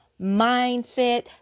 mindset